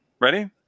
Ready